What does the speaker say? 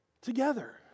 together